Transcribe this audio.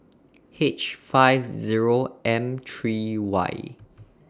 H five Zero M three Y